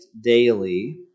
daily